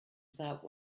without